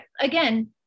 again